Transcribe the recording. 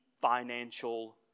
financial